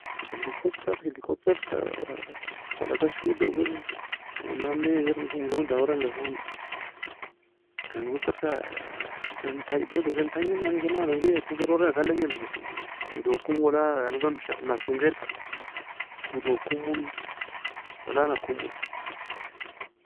Helicopter Helicopter ka fala kashodo kir own nan ne عمر owen dawira engifan Helicopter ka ken tangi برضو ken tangi enani ken ademri weko orenga kalin genan owe doge komo ولا nason غير ka owe doge komo ولا nukomo.